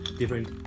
different